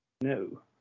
No